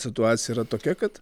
situacija yra tokia kad